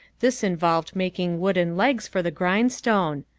this involved making wooden legs for the grindstone.